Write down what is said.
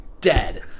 dead